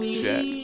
check